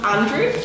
Andrew